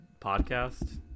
podcast